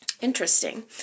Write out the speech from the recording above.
Interesting